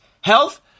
health